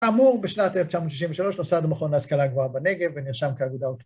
כאמור, בשנת 1963 נוסד מכון להשכלה גבוהה בנגב, ונרשם כאגודה.